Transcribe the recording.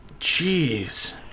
Jeez